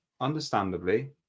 Understandably